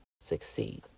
succeed